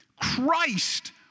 Christ